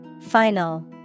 Final